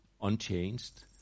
unchanged